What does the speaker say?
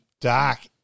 Dark